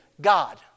God